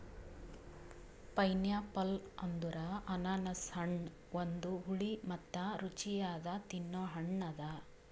pineapple ಅಂದುರ್ ಅನಾನಸ್ ಹಣ್ಣ ಒಂದು ಹುಳಿ ಮತ್ತ ರುಚಿಯಾದ ತಿನ್ನೊ ಹಣ್ಣ ಅದಾ